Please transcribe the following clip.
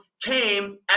came